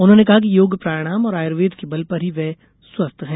उन्होंने कहा कि योग प्रणायाम और आयुर्वेद के बल पर ही वे स्वस्थ हैं